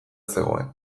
zegoen